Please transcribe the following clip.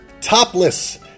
topless